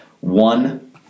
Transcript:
one